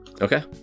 Okay